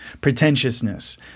Pretentiousness